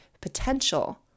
potential